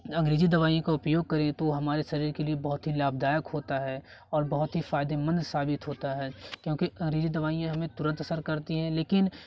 अंग्रेजी दवाईयों का उपयोग करें तो हमारे शरीर के लिए बहुत ही लाभदायक होता है और बहुत ही फायदेमंद साबित होता है क्योंकि अंग्रेजी दवाइयाँ हमें तुरंत असर करती हैं लेकिन